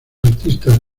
artistas